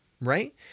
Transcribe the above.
Right